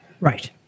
Right